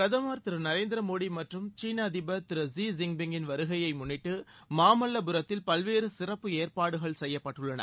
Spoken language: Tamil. பிரதமர் திரு நரேந்திர மோடி மற்றும் சீன அதிபர் லீ ஜின்பிங்கின் வருகையை முன்னிட்டு மாமல்லபுரத்தில் பல்வேறு சிறப்பு ஏற்பாடுகள் செய்யப்பட்டுள்ளன